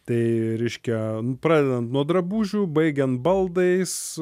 tai reiškia pradedant nuo drabužių baigiant baldais